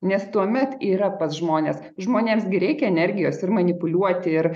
nes tuomet yra pas žmones žmonėms gi reikia energijos ir manipuliuoti ir